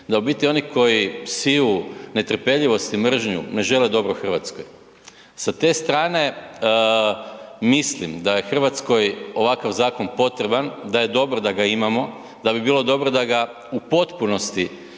da u biti oni koji siju netrpeljivost i mržnju ne žele dobro Hrvatskoj. Sa te strane, mislim da je Hrvatskoj ovakav zakon potreban, da je dobro da ga imamo, da bi bilo dobro da ga u potpunosti